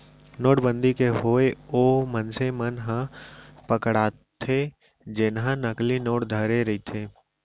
नोटबंदी के होय ओ मनसे मन ह पकड़ाथे जेनहा नकली नोट धरे रहिथे